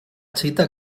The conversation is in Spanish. chita